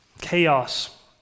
chaos